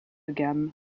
gamme